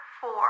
four